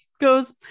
goes